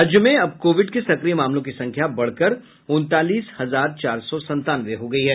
राज्य में अब कोविड के सक्रिय मामलों की संख्या बढ़कर उनतालीस हजार चार सौ संतानवे हो गयी है